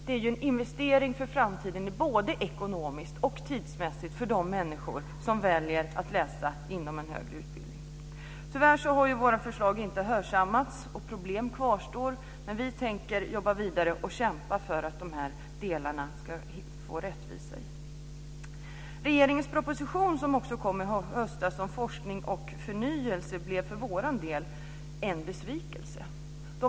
Det är en investering i framtiden både ekonomiskt och tidsmässigt för de människor som väljer att läsa inom en högre utbildning. Tyvärr har våra förslag inte hörsammats, och problem kvarstår. Men vi tänker jobba vidare och kämpa för att i de här delarna få rättvisa. Regeringens proposition som kom i höstas om forskning och förnyelse blev för vår del en besvikelse.